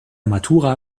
matura